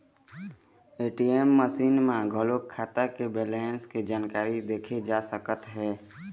ATM machine म घलोक खाता के बेलेंस के जानकारी देखे जा सकत हे